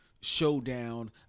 showdown